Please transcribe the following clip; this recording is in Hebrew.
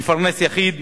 על מפרנס יחיד.